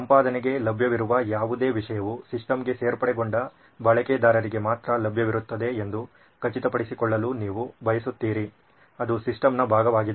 ಸಂಪಾದನೆಗೆ ಲಭ್ಯವಿರುವ ಯಾವುದೇ ವಿಷಯವು ಸಿಸ್ಟಮ್ಗೆ ಸೇರ್ಪಡೆಗೊಂಡ ಬಳಕೆದಾರರಿಗೆ ಮಾತ್ರ ಲಭ್ಯವಿರುತ್ತದೆ ಎಂದು ಖಚಿತಪಡಿಸಿಕೊಳ್ಳಲು ನೀವು ಬಯಸುತ್ತೀರಿ ಅದು ಸಿಸ್ಟಮ್ನ ಭಾಗವಾಗಿದೆ